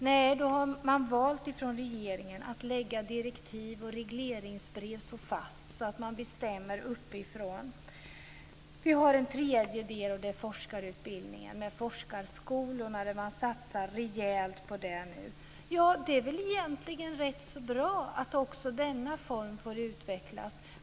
Nej, då har man från regeringen valt att lägga direktiv och regleringsbrev så fast att man bestämmer uppifrån. Vi har en tredje del, och det är forskarutbildningen med forskarskolorna där man satsar rejält nu. Ja, det är väl egentligen rätt så bra att också denna form får utvecklas.